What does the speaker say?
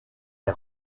est